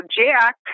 Jack